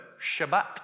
Shabbat